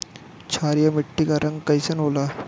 क्षारीय मीट्टी क रंग कइसन होला?